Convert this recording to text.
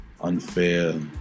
unfair